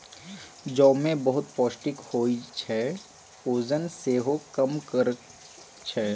जौ मे बहुत पौष्टिक होइ छै, ओजन सेहो कम करय छै